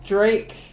Drake